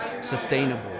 sustainable